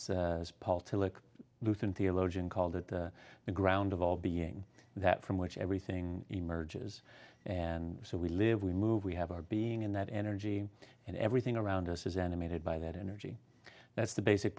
theologian called it the ground of all being that from which everything emerges and so we live we move we have our being in that energy and everything around us is animated by that energy that's the basic